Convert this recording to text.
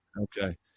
Okay